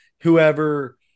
whoever